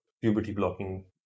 puberty-blocking